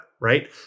right